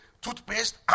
toothpaste